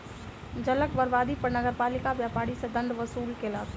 जलक बर्बादी पर नगरपालिका व्यापारी सॅ दंड वसूल केलक